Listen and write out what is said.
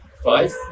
Five